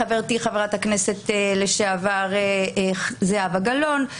חברתי חברת הכנסת לשעבר זהבה גלאון,